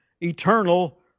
eternal